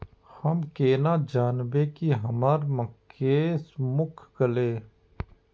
हम केना जानबे की हमर मक्के सुख गले?